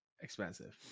expensive